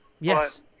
Yes